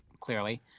clearly